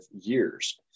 years